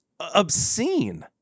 obscene